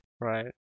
Right